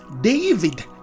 David